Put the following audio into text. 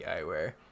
eyewear